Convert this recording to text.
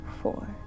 four